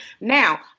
Now